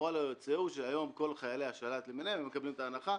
הפועל היוצא הוא שהיום כל חיילי השל"ת למיניהם מקבלים את ההנחה.